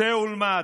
צא ולמד,